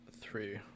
three